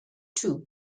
two